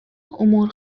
امور